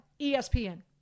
ESPN